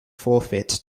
forfeit